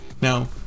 Now